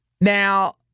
Now